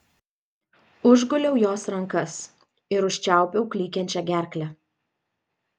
užguliau jos rankas ir užčiaupiau klykiančią gerklę